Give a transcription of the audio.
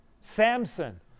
Samson